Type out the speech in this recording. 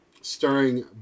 starring